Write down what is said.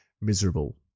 miserable